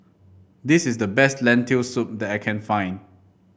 this is the best Lentil Soup that I can find